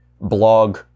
blog